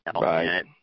Right